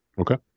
Okay